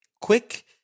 quick